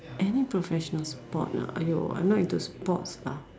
any professional sport ah !aiyo! I'm not into sports lah